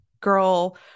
girl